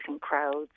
crowds